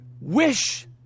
wish